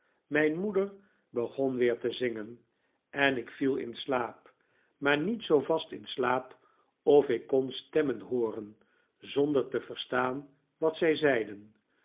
mijn moeder begon weer te zingen en ik viel in slaap maar niet zoo vast in slaap of ik kon stemmen hooren zonder te verstaan wat zij zeiden